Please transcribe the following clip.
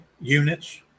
units